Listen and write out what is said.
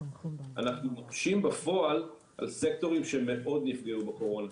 אנחנו מקשים בפועל על סקטורים שמאוד נפגעו בקורונה.